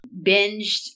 Binged